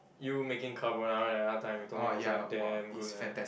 you making carbonara the other time you told me was like damn good like that